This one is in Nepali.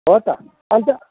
हो त अन्त